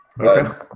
Okay